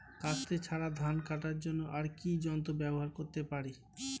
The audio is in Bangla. কাস্তে ছাড়া ধান কাটার জন্য আর কি যন্ত্র ব্যবহার করতে পারি?